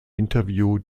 interview